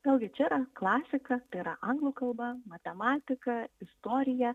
vėl gi čia klasika tai yra anglų kalba matematika istorija